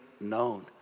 known